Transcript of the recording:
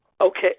Okay